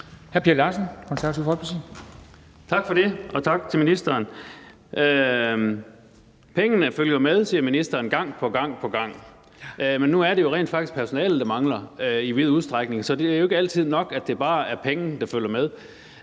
Tak for det, og tak til ministeren. Pengene følger med, siger ministeren gang på gang på gang. Men nu er det rent faktisk personale, der mangler i vid udstrækning, så det er jo ikke altid nok, at der bare er penge, der følger med.